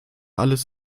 alles